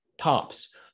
tops